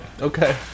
okay